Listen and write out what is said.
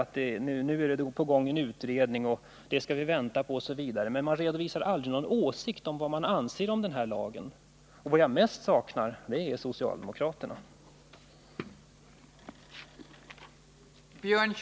Det hänvisas till att en utredning nog är på gång, att vi skall vänta på den osv., men man redovisar aldrig någon åsikt om lagen som sådan. Vad jag mest saknar är socialdemokraternas uppfattning.